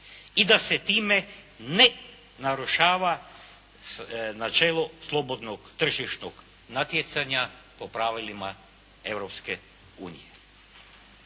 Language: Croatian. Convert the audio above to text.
i da se time ne narušava načelo slobodnog tržišnog natjecanja po pravilima